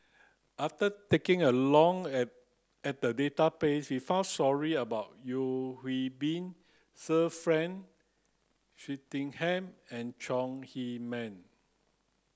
after taking a long at at the database we found stories about Yeo Hwee Bin Sir Frank Swettenham and Chong Heman